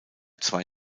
zwei